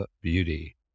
beauty